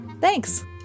Thanks